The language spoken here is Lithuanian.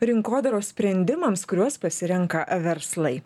rinkodaros sprendimams kuriuos pasirenka verslai